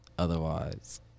Otherwise